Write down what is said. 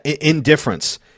indifference